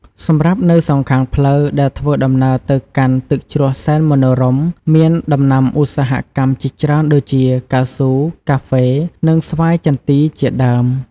សម្រាប់នៅសងខាងផ្លូវដែលធ្វើដំណើរទៅកាន់ទឹកជ្រោះសែនមនោរម្យមានដំណាំឧស្សាហកម្មជាច្រើនដូចជា កៅស៊ូ កាហ្វេ និងស្វាយចន្ទីជាដើម។